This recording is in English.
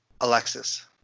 Alexis